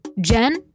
Jen